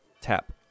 tap